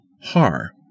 har